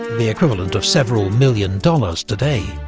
the equivalent of several million dollars today.